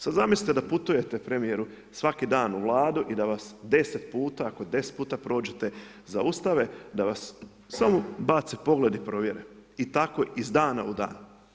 Sada zamislite da putujete premijeru svaki dan u Vladu i da vas 10 puta, ako 10 puta prođete, zaustave, da vas samo bace pogled i provjere i tako iz dana u dan.